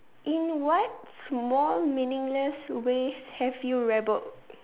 in what small meaningless ways have you rebelled